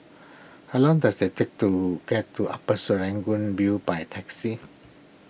how long does it take to get to Upper Serangoon View by taxi